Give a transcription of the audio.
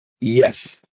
Yes